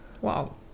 Wow